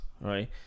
right